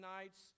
nights